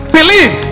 believe